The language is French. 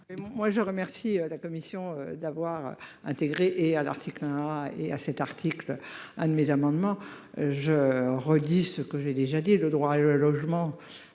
Moi je remercie la commission d'avoir intégré et à l'article 1. Et à cet article. Un de mes amendements je redis ce que j'ai déjà dit, le droit au logement